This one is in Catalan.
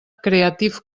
creative